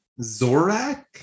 Zorak